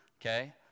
Okay